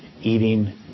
eating